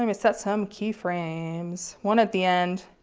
um set some keyframes. one at the end,